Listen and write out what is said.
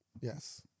Yes